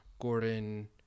Gordon